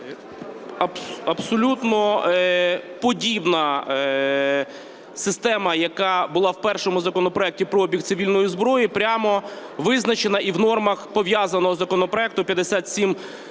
Абсолютно подібна система, яка була в першому законопроекті про обіг цивільної зброї, прямо визначена і в нормах пов'язаного законопроекту 5709